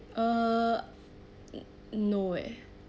uh no eh